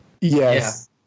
Yes